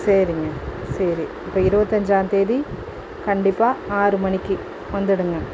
சரிங்க சரி இப்போ இருபதஞ்சா தேதி கண்டிப்பாக ஆறு மணிக்கு வந்துவிடுங்க